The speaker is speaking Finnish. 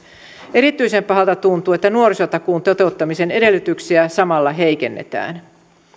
erityisen pahalta tuntuu että nuorisotakuun toteuttamisen edellytyksiä samalla heikennetään